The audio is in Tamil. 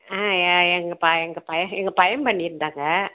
ஆ எ எங்கள் ப எங்கள் பையன் எங்கள் பையன் பண்ணிருந்தாங்க